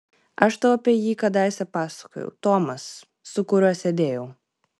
aš tau apie jį kadaise pasakojau tomas su kuriuo sėdėjau